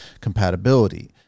Compatibility